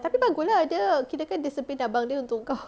tapi bagus lah dia kirakan discipline abang dia untuk kau